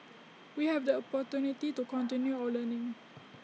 we have the opportunity to continue our learning